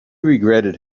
regretted